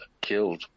killed